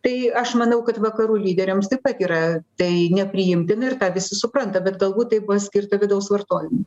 tai aš manau kad vakarų lyderiams taip pat yra tai nepriimtina ir tą visi supranta bet galbūt tai buvo skirta vidaus vartojimui